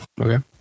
Okay